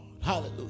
Hallelujah